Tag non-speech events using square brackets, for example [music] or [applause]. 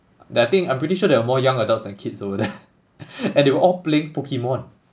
that I think I'm pretty sure there are more young adults then kids over there [laughs] and they were all playing pokemon